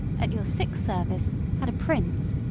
at your sick service, had a prince.